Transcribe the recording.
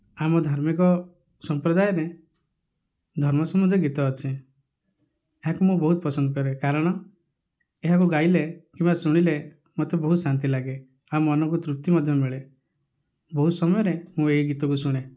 ଆମ ଧାର୍ମିକ ସଂପ୍ରଦାୟରେ ଧର୍ମ ସମ୍ବନ୍ଧୀୟ ଗୀତ ଅଛି ଏହାକୁ ମୁଁ ବହୁତ ପସନ୍ଦ କରେ କାରଣ ଏହାକୁ ଗାଇଲେ କିମ୍ବା ଶୁଣିଲେ ମୋତେ ବହୁତ ଶାନ୍ତି ଲାଗେ ଆଉ ମନକୁ ତୃପ୍ତି ମଧ୍ୟ ମିଳେ ବହୁତ ସମୟରେ ମୁଁ ଏହି ଗୀତକୁ ଶୁଣେ